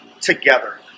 together